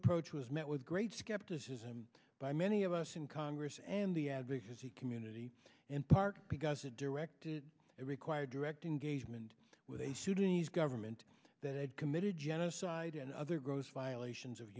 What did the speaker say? approach was met with great skepticism by many of us in congress and the advocacy community in part because it directed it required direct engagement with a sudanese government that had committed genocide and other gross violations of